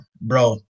bro